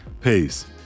peace